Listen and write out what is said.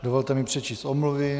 Dovolte mi přečíst omluvy.